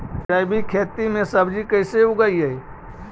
जैविक खेती में सब्जी कैसे उगइअई?